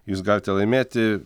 jūs galite laimėti